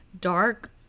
dark